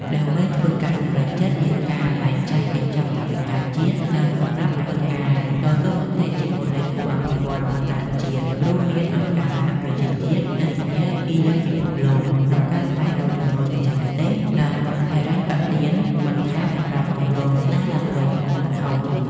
ដើម្បីធ្វើការសម្រេចចិត្តលើការបែងចែកកញ្ចប់ថវិកាជាតិ និងសម្រាប់ធ្វើការតស៊ូមតិជាមួយដៃគូអភិវឌ្ឍន៍អន្តរជាតិ រួមមានអង្គការសហប្រជាជាតិ និងធនាគារពិភពលោក ក្នុងការស្វែងរកជំនួយបច្ចេកទេស និងហិរញ្ញប្បទានបន្ថែមសម្រាប់គម្រោងស្តារឡើងវិញខ្នាតធំ។